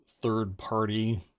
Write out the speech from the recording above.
third-party